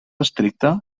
estricte